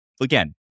again